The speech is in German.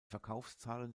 verkaufszahlen